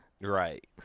Right